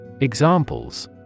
Examples